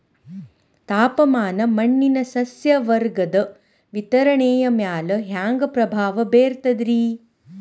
ತಾಪಮಾನ ಮಣ್ಣಿನ ಸಸ್ಯವರ್ಗದ ವಿತರಣೆಯ ಮ್ಯಾಲ ಹ್ಯಾಂಗ ಪ್ರಭಾವ ಬೇರ್ತದ್ರಿ?